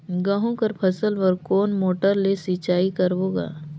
गहूं कर फसल बर कोन मोटर ले सिंचाई करबो गा?